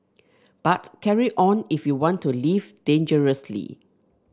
but carry on if you want to live dangerously